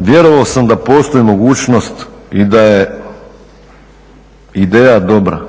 vjerovao sam da postoji mogućnost i da je ideja dobra